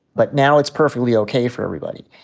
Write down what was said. but now it's perfectly okay for everybody.